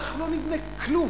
כך לא נבנה כלום.